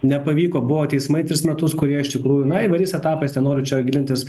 nepavyko buvo teismai tris metus kurie iš tikrųjų na įvairiais etapais nenoriu čia gilintis